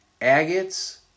Agates